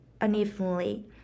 unevenly